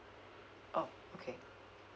okay